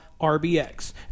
RBX